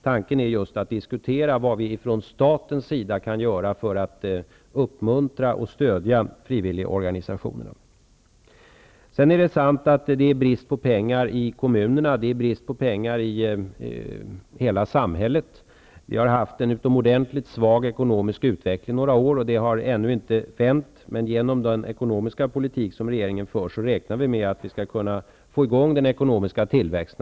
Tanken är att vi skall diskutera vad som kan göras från statens sida för att uppmuntra och stödja frivilligorganisationerna. Det är sant att det är brist på pengar i kommunerna. Det är brist på pengar i hela samhället. Vi har haft en utomordentligt svag ekonomisk utveckling under några år, och utvecklingen har ännu inte vänt. Vi räknar med att till följd av den ekonomiska politik som regeringen för få i gång den ekonomiska tillväxten.